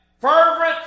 fervent